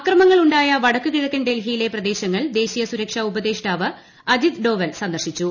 അക്രമങ്ങൾ ഉണ്ടായ വടക്കു കിഴക്കൻ ഡൽഹിയിലെ പ്രദേശങ്ങൾ ദേശീയ സുരക്ഷാ ഉപദേഷ്ടാവ് അജിത് ഡോവൽ സന്ദർശിച്ചു